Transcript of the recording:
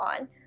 on